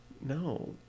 No